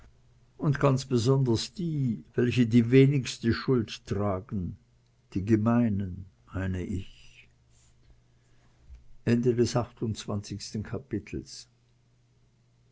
und ganz besonders die welche die wenigste schuld tragen die gemeinen meine ich